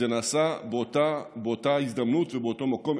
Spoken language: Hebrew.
זה נעשה באותה הזדמנות ובאותו מקום.